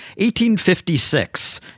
1856